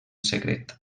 secret